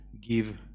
give